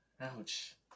ouch